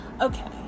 okay